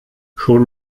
schon